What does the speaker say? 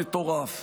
מטורף.